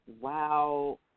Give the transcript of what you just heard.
Wow